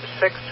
six